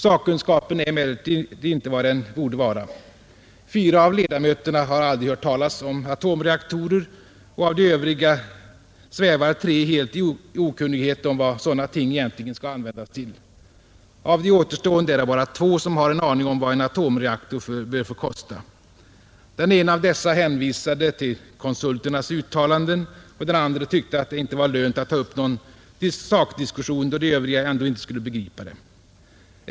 Sakkunskapen är emellertid inte vad den borde vara. Fyra av ledamöterna har aldrig hört talas om atomreaktorer, och av de övriga svävar tre helt i okunnighet om vad sådana ting egentligen skall användas till. Av de återstående är det bara två som har en aning om vad en atomreaktor bör få kesta. Den ene av dessa hänvisade till konsulternas uttalanden, och den andre tyckte att det inte var lönt att ta upp någon sakdiskussion, då de övriga ändå inte skulle begripa den.